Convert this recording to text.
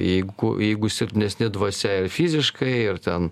jeigu jeigu silpnesni dvasia ir fiziškai ir ten